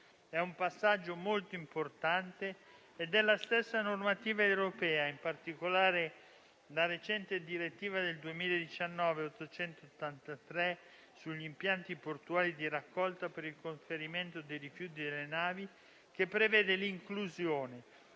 È un passaggio molto importante ed è la stessa normativa europea, in particolare la recente direttiva n. 883 del 2019 relativa agli impianti portuali di raccolta per il conferimento dei rifiuti delle navi, che prevede l'inclusione,